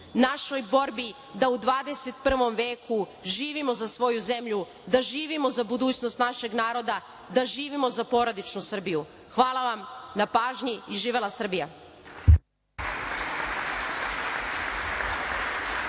našoj borbi da u 21. veku živimo za svoju zemlju, da živimo za budućnost našeg naroda, da živimo za porodičnu Srbiju. Hvala vam na pažnji. Živela Srbija!